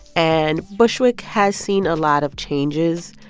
and bushwick has seen a lot of changes,